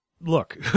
look